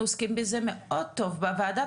אנחנו עוסקים בזה מאוד טוב בוועדה,